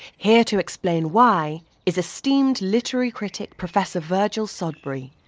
here to explain why is esteemed literary critic professor virgil sodbury,